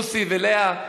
מוסי ולאה.